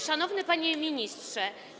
Szanowny Panie Ministrze!